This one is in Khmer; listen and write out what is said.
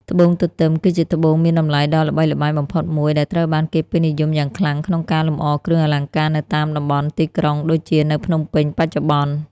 ត្បូងទទឹម គឺជាត្បូងមានតម្លៃដ៏ល្បីល្បាញបំផុតមួយ ដែលត្រូវបានគេពេញនិយមយ៉ាងខ្លាំងក្នុងការលម្អគ្រឿងអលង្ការនៅតាមតំបន់ទីក្រុង ដូចជានៅភ្នំពេញបច្ចុប្បន្ន។